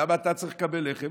למה אתה צריך לקבל לחם?